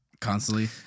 constantly